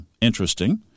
Interesting